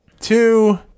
two